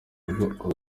urugo